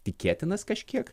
tikėtinas kažkiek